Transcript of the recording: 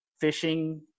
fishing